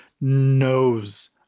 knows